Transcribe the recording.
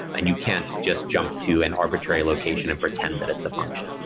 and you can't just jump to an arbitrary location and pretend that it's a function.